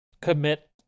commit